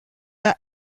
the